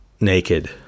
naked